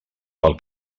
pel